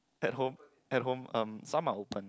at home at home um some are open